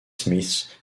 smith